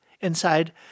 inside